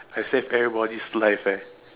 I saved everybody's life eh